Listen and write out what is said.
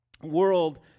world